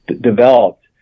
developed